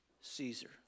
Caesar